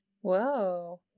Whoa